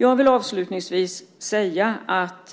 Jag vill avslutningsvis säga att